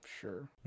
Sure